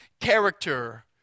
character